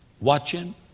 watching